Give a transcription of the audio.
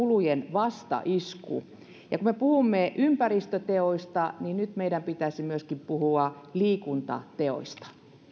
vastaisku kuluille ja kun me puhumme ympäristöteoista niin nyt meidän pitäisi puhua myöskin liikuntateoista